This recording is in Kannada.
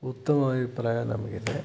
ಉತ್ತಮ ಅಭಿಪ್ರಾಯ ನಮಗಿದೆ